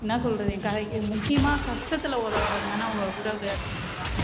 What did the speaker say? என்ன சொல்கிறது என் கதை முக்கியமாக கஷ்டத்தில் உதவுறதுதான உறவு அப்படினு சொல்லுவாங்கள்